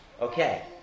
Okay